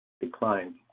declined